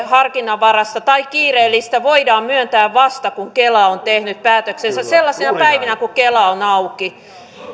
harkinnanvaraista tai kiireellistä toimeentulotukea voidaan myöntää vasta kun kela on tehnyt päätöksensä sellaisina päivinä kun kela on auki